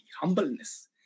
humbleness